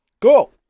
Cool